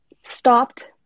stopped